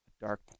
dark